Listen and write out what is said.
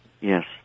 Yes